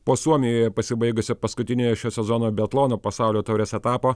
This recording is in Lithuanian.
po suomijoje pasibaigusio paskutiniojo šio sezono biatlono pasaulio taurės etapo